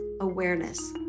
awareness